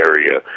Area